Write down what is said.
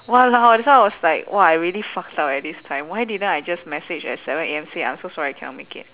!walao! that's why I was like !wah! I really fucked up eh this time why didn't I just message at seven A_M say I'm so sorry I cannot make it